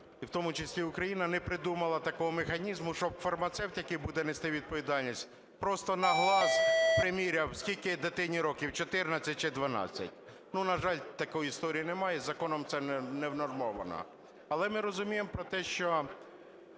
і в тому числі Україна, не придумала такого механізму, щоб фармацевт, який буде нести відповідальність, просто на глаз приміряв, скільки дитині років – 14 чи 12. Ну, на жаль, такої історії нема і законом це не внормовано. Але ми розуміємо про те, що